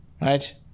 right